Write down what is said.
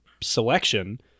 selection